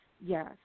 yes